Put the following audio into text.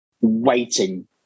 waiting